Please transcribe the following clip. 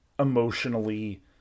Emotionally